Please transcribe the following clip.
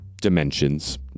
dimensions